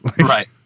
Right